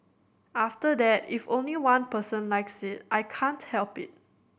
after that if only one person likes it I can't help it